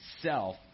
self